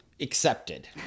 accepted